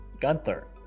Gunther